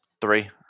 Three